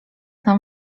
nam